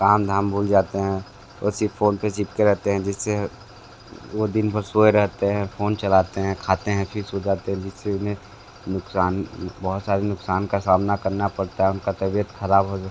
काम धाम भूल जाते हैं उसी फ़ोन पर चिपके रहते हैं जिस से वो दिनभर सोए रहते हैं फ़ोन चलाते हैं खाते हैं फिर सो जाते जिस से उन्हें नुक़सान बहुत सारे नुक़सान का सामना करना पड़ता है उनकी तबीयत ख़राब हो